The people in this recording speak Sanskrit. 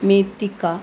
मेत्तिका